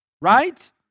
right